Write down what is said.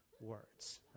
words